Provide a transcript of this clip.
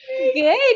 good